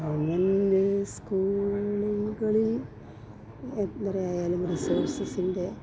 government സ്കൂളുകളിൽ എത്ര ആയാലും റിസോഴ്സ്സിൻ്റെ